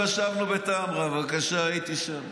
עטאונה, עכשיו ישבנו בטמרה, בבקשה, הייתי שם.